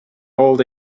old